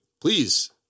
Please